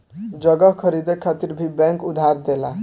जगह खरीदे खातिर भी बैंक उधार देला